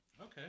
Okay